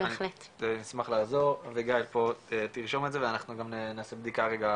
אני אשמח לעזור וגיא פה תרשום את זה ואנחנו גם נעשה בדיקה רגע